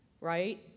right